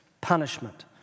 punishment